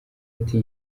ati